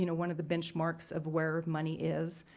you know one of the benchmarks of where money is.